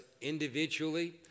individually